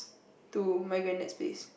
to my granddad's place